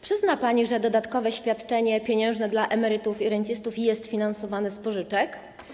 Przyzna pani, że dodatkowe świadczenie pieniężne dla emerytów i rencistów jest finansowane z pożyczek.